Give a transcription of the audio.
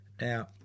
Now